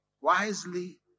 wisely